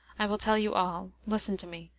i will tell you all. listen to me,